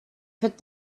put